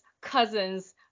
cousins